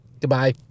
Goodbye